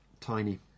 Tiny